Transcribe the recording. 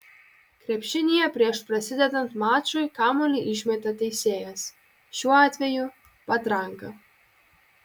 krepšinyje prieš prasidedant mačui kamuolį išmeta teisėjas šiuo atveju patranka